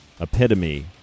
epitome